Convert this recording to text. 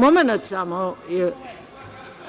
Momenat samo,